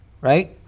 Right